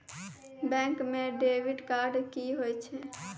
Bank म debit card की होय छै?